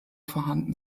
vorhanden